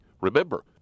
Remember